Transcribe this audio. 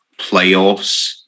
playoffs